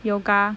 yoga